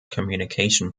communication